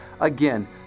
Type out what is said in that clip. Again